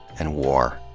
and war.